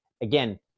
again